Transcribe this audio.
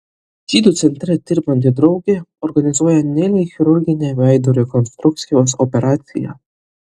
žydų centre dirbanti draugė organizuoja nelei chirurginę veido rekonstrukcijos operaciją